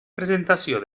presentació